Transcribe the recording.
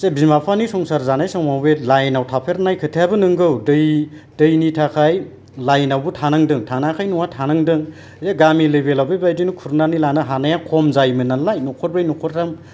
एसे बिमा बिफानि संसार जानाय समाव बे लाइन आव थाफेरनाय खोथायाबो नोंगौ दै दैनि थाखाय लाइन आवबो थानांदों थानाङाखै नङा थानांदों बे गामि लेबेल आव बेबायदिनो खुरनानै लानो हानाया खम जायोमोननालाय न'खरनै न'खरथाम